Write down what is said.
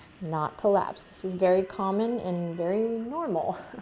not collapssed. this is very common and very normal,